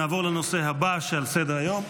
נעבור לנושא הבא שעל סדר-היום,